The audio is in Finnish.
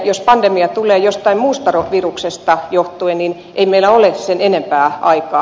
jos pandemia tulee jostain muusta viruksesta johtuen niin ei meillä ole sen enempää aikaa